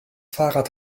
fahrrad